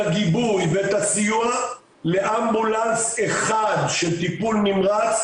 הגיבוי ואת הסיוע לאמבולנס אחד של טיפול נמרץ,